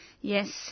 Yes